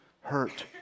hurt